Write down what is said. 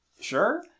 Sure